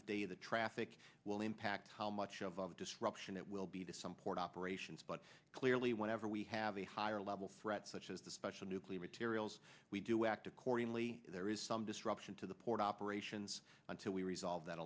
of day the traffic will impact how much of a disruption it will be to some port operations but clearly whenever we have a higher level threat such as the special nuclear materials we do act accordingly there is some disruption to the port operations until we resolve that